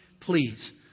please